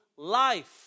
life